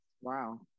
Wow